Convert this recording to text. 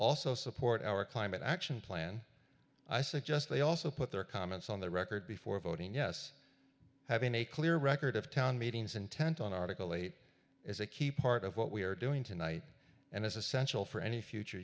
also support our climate action plan i suggest they also put their comments on the record before voting yes having a clear record of town meetings intent on article eight is a key part of what we are doing tonight and as essential for any future